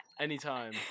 Anytime